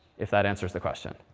if that answers the question.